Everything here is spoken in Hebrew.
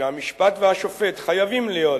שהמשפט והשופט חייבים להיות